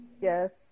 Yes